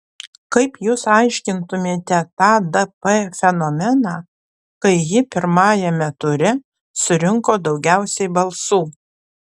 kaip jūs aiškintumėte tą dp fenomeną kai ji pirmajame ture surinko daugiausiai balsų